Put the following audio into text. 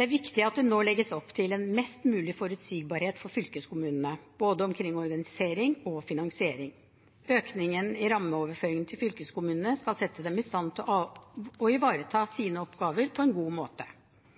Det er viktig at det nå legges opp til mest mulig forutsigbarhet for fylkeskommunene, både omkring organisering og finansiering. Økningen i rammeoverføringene til fylkeskommunene skal sette dem i stand til å ivareta sine oppgaver på en god måte.